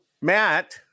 Matt